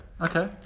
Okay